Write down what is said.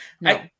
No